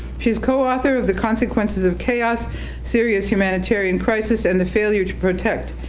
she's co-author of the consequences of chaos serious humanitarian crisis and the failure to protect,